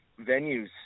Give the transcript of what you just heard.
venues